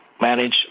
manage